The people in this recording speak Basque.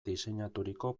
diseinaturiko